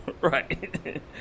Right